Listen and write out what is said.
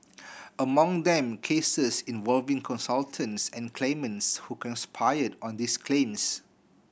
among them cases involving consultants and claimants who conspired on these claims